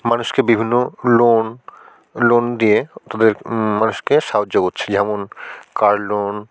মানুষকে বিভিন্ন loan loan দিয়ে তাদের মানুষকে সাহায্য করছে যেমন কার লোন